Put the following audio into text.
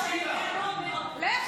מי מפציץ בתי חולים?